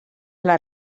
les